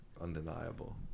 undeniable